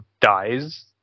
dies